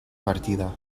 partida